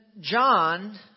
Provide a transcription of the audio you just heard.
John